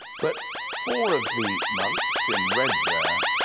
but four of the months in red there